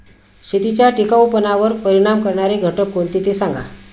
शेतीच्या टिकाऊपणावर परिणाम करणारे घटक कोणते ते सांगा